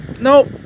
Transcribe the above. Nope